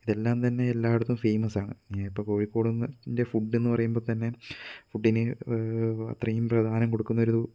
ഇതെല്ലാം തന്നെ എല്ലായിടത്തും ഫേമസ് ആണ് ഇപ്പോൾ കോഴിക്കോടിൻ്റെ ഫുഡ് എന്ന് പറയുമ്പോൾ തന്നെ ഫുഡ്ഡിന് അത്രയും പ്രധാനം കൊടുക്കുന്ന ഒരു